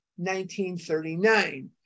1939